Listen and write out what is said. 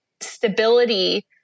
stability